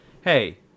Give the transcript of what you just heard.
hey